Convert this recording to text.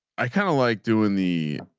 i kind of like doing the